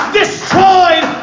destroyed